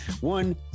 One